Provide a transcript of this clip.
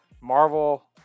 Marvel